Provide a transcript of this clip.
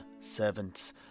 servants